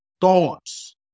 thoughts